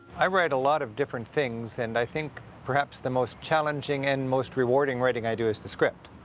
i write a lot of different things, and i think perhaps the most challenging and most rewarding writing i do is the script.